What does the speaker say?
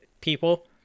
people